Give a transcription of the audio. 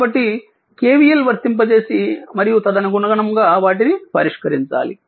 కాబట్టి KVL వర్తింపజేసి మరియు తదనుగుణంగా వాటిని పరిష్కరించాలి